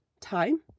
time